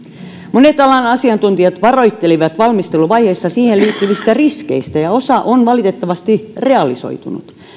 monet alan asiantuntijat varoittelivat valmisteluvaiheessa siihen liittyvistä riskeistä ja osa on valitettavasti realisoitunut